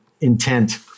intent